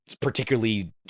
particularly